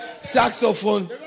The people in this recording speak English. saxophone